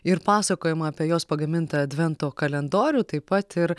ir pasakojimą apie jos pagamintą advento kalendorių taip pat ir